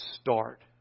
start